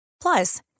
Plus